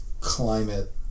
climate